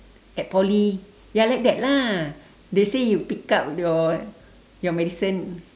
at poly ya like that lah they say you pick up your your medicine